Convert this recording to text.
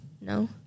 No